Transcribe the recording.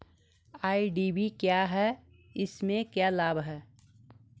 IDV क्या है इसमें क्या लाभ है?